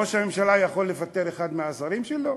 ראש הממשלה יכול לפטר אחד מהשרים שלו?